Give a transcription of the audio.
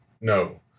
No